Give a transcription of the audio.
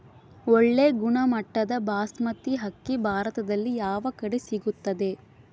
ಒಳ್ಳೆ ಗುಣಮಟ್ಟದ ಬಾಸ್ಮತಿ ಅಕ್ಕಿ ಭಾರತದಲ್ಲಿ ಯಾವ ಕಡೆ ಸಿಗುತ್ತದೆ?